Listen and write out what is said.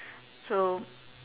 so